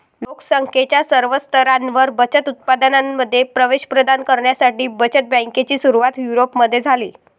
लोक संख्येच्या सर्व स्तरांवर बचत उत्पादनांमध्ये प्रवेश प्रदान करण्यासाठी बचत बँकेची सुरुवात युरोपमध्ये झाली